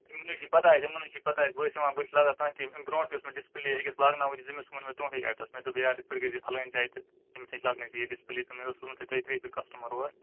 یِمَن حظ چھِ پَتاہ اَتہِ یِمَن حظ چھِ پَتاہ بہٕ حظ چھُس یِوان بہٕ حظ چھُس لاگان کانٛہہ تہِ اَمہِ برٛونٛٹھ تہِ اوس مےٚ ڈِسپٕلے أکِس لاگناوُن تٔمِس ووٚن مےٚ تُہُنٛدٕے ایٚڈرس مےٚ دوٚپ یارٕ یِتھٕ کٔنۍ گَژھۍ زِ فَلٲنۍ جایہِ تہٕ تٔمِس نِش لاگنٲیزِ یہِ ڈِسپٕلے تہٕ مےٚ اوس سوٗزمُت دۅیہِ ترٛیہِ پھِرِ کَسٹٕمَر اور